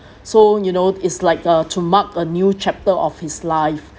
so you know it's like uh to mark a new chapter of his life